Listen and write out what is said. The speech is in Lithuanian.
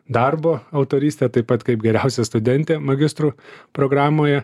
darbo autorystę taip pat kaip geriausia studentė magistro programoje